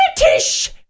British